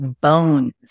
bones